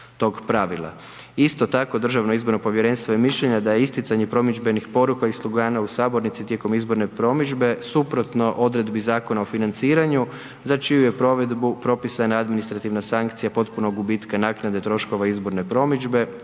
Isto tako, DIP je mišljenja da je isticanje promidžbenih poruka i slogana u sabornici tijekom izborne promidžbe suprotno odredbi Zakona o financiranju, za čiju je provedbu propisana administrativna sankcija potpunog gubitka naknade troškova izborne promidžbe